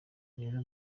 rero